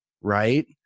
right